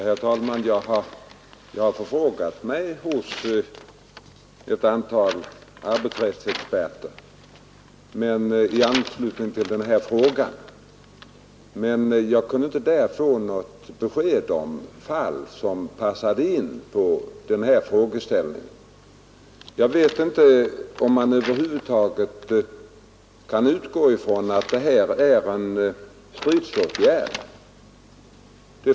Herr talman! Jag har förfrågat mig hos ett antal arbetsrättsexperter i anslutning till denna fråga, men jag kunde inte från dessa få något besked om fall som passade in på frågeställningen. Jag vet inte om man över huvud taget kan utgå från att det gäller en stridsåtgärd.